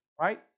right